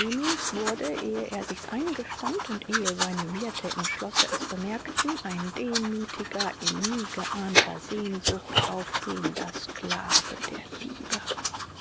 wurde eh er sich's eingestand und ehe seine wirthe im schlosse es bemerkten ein demüthiger in niegeahneter sehnsucht aufgehender sclave der liebe